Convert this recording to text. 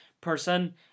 person